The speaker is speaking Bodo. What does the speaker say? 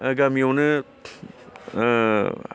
ओ गामियावनो ओ